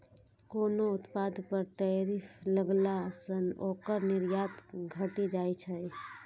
कोनो उत्पाद पर टैरिफ लगला सं ओकर निर्यात घटि जाइ छै